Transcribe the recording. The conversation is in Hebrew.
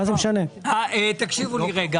אנחנו מדברים כאן